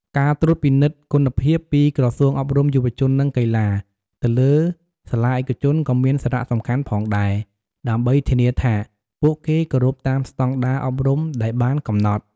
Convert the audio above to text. ការត្រួតពិនិត្យគុណភាព ពីក្រសួងអប់រំ យុវជន និងកីឡា ទៅលើសាលាឯកជនក៏មានសារៈសំខាន់ផងដែរ ដើម្បីធានាថាពួកគេគោរពតាមស្តង់ដារអប់រំដែលបានកំណត់។